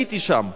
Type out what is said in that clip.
הייתי שם.